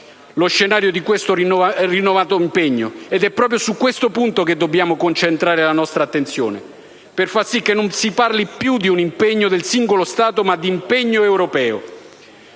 lo scenario di questo rinnovato impegno. È proprio su questo punto che dobbiamo concentrare la nostra attenzione, per far sì che non si parli più di impegno del singolo Stato, ma di impegno europeo,